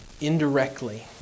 indirectly